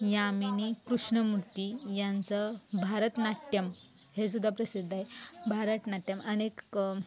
यामिनी कृष्णमूर्ति यांचं भरतनाट्यम हे सुद्धा प्रसिद्ध आहे भरतनाट्यम अनेक